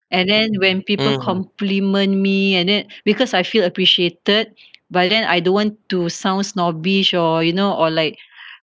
and then when people compliment me and then because I feel appreciated but then I don't want to sound snobbish or you know or like